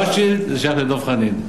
רוטשילד, זה שייך לדב חנין.